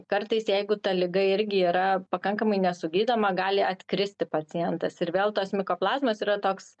kartais jeigu ta liga irgi yra pakankamai nesugydoma gali atkristi pacientas ir vėl tos mikoplazmos yra toks